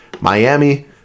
Miami